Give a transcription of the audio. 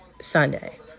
Sunday